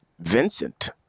Vincent